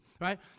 right